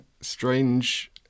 strange